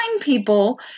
people